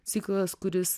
ciklas kuris